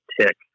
tick